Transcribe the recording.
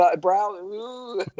brow